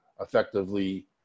effectively